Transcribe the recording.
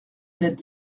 ned